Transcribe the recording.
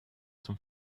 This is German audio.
zum